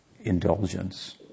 indulgence